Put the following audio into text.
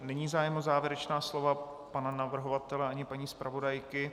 Není zájem o závěrečná slova pana navrhovatele ani paní zpravodajky.